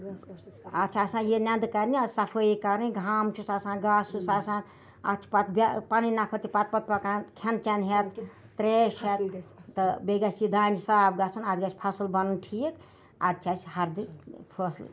اَتھ چھِ آسان یہِ نٮ۪نٛدٕ کَرنہِ اَتھ چھِ صفٲیی کَرٕنۍ گام چھُس آسان گاسہٕ چھُس آسان اَتھ چھِ پَتہٕ پَنٕنۍ نفر تہِ پَتہٕ پَتہٕ پَکان کھیٚن چیٚن ہیٚتھ ترٛیش ہیٚتھ تہٕ بیٚیہِ گژھِ یہِ دانہِ صاف گژھُن اَتھ گژھِ فصٕل بَنُن ٹھیٖک اَدٕ چھِ اَسہِ ہَردٕ فصٕل